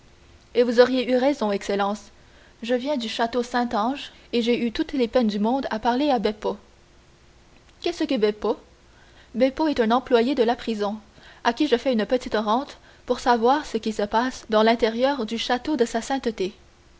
et vous auriez eu raison excellence je viens du château saint ange et j'ai eu toutes les peines du monde à parler à beppo qu'est-ce que beppo beppo est un employé de la prison à qui je fais une petite rente pour savoir ce qui se passe dans l'intérieur du château de sa sainteté